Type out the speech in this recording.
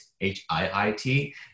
h-i-i-t